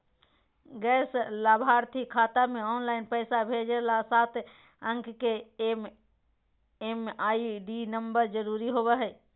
गैर लाभार्थी खाता मे ऑनलाइन पैसा भेजे ले सात अंक के एम.एम.आई.डी नम्बर जरूरी होबय हय